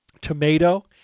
tomato